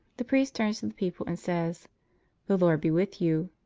the priest turns to the people and says the lord be with you.